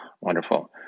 wonderful